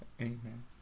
Amen